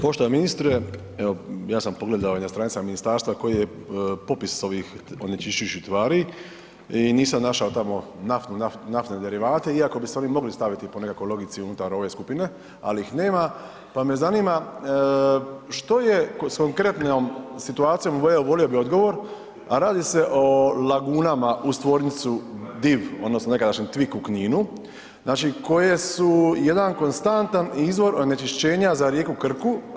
Poštovani ministre, evo ja sam pogledao i na stranicama ministarstva koji je popis ovih onečišćujućih tvari i nisam našao tamo naftne derivate iako bi se oni mogli staviti po nekakvoj logici unutar ove skupine, ali ih nema, pa me zanima što je s konkretnom situacijom, volio bih odgovor, a radi se o lagunama uz tvornicu Div odnosno nekadašnji Tvik u Kninu, znači koje su jedan konstantan izvor onečišćenja za rijeku Krku.